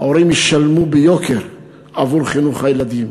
הורים ישלמו ביוקר עבור חינוך הילדים.